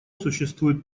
существует